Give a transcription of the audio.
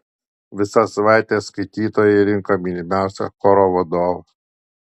visą savaitę skaitytojai rinko mylimiausią choro vadovą